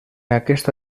aquesta